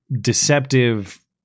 deceptive